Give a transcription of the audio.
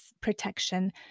protection